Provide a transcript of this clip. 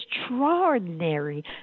extraordinary